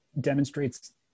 demonstrates